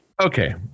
Okay